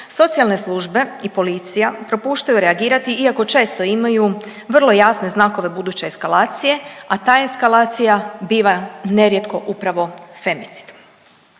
Socijalne službe i policija propuštaju reagirati iako često imaju vrlo jasne znakove buduće eskalacije, a ta eskalacija biva nerijetko upravo femicid.